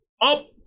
up